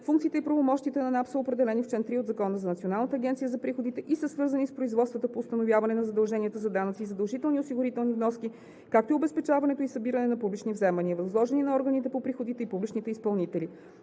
агенция за приходите са определени в чл. 3 от Закона за Националната агенция за приходите и са свързани с производствата по установяване на задълженията за данъци и задължителни осигурителни вноски, както и обезпечаването и събиране на публичните вземания, възложени на органите по приходите и публичните изпълнители.